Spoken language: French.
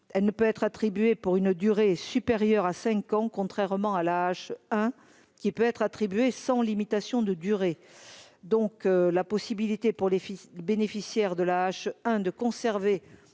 elle ne peut être attribuée pour une durée supérieure à 5 ans contrairement à l'âge, hein, qui peut être attribuée sans limitation de durée, donc la possibilité pour les filles, le bénéficiaire de l'âge, hein, de conserver